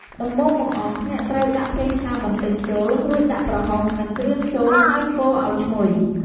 ដំបូងបង្អស់ អ្នកត្រូវដាក់ប្រេងឆាបន្តិចចូល រួចដាក់ប្រហុក និងគ្រឿងចូលហើយកូរអោយឈ្ងុយ។